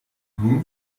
nun